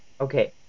Okay